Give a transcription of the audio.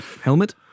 Helmet